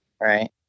Right